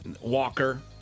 Walker